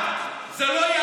אתה לא מתבייש?